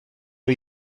nhw